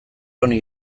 honi